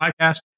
podcast